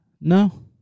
No